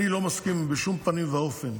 אני לא מסכים בשום פנים ואופן,